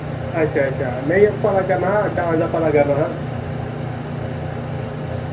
अच्छा अच्छा नेईं पता करना हा डांस दा पता करना हा